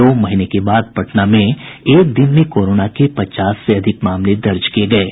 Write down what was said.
दो महीने के बाद पटना में एक दिन में कोरोना के पचास से अधिक मामले दर्ज किये गये हैं